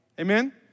Amen